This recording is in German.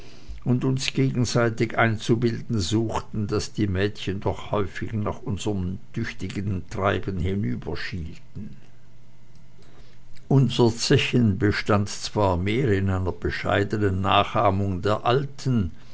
und uns gegenseitig einzubilden suchten daß die mädchen doch häufig nach unserm tüchtigen treiben herüberschielten unser zechen bestand zwar mehr in einer bescheidenen nachahmung der alten